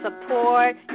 support